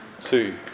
two